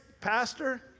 pastor